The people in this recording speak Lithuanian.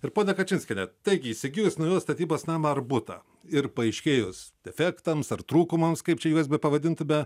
ir pone kačinskiene taigi įsigijus naujos statybos namą ar butą ir paaiškėjus defektams ar trūkumams kaip čia juos bepavadintume